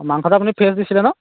মাংসটো আপুনি ফ্ৰেছ দিছিলে ন